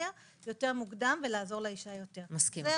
חלק אחר